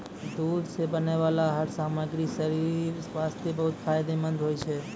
दूध सॅ बनै वाला हर सामग्री शरीर वास्तॅ बहुत फायदेमंंद होय छै